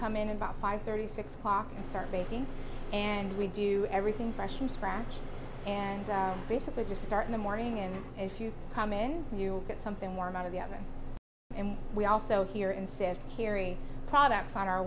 come in about five thirty six o'clock and start baking and we do everything fresh from scratch and basically just start in the morning and if you come in you'll get something warm out of the other and we also hear and see have to carry products on our